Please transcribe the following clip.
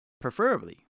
preferably